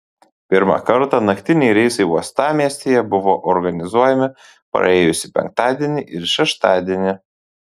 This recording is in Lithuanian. pirmą kartą naktiniai reisai uostamiestyje buvo organizuojami praėjusį penktadienį ir šeštadienį